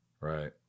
right